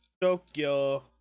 Tokyo